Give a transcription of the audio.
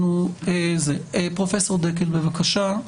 פרופ' דקל, בבקשה.